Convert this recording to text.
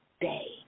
day